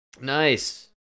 Nice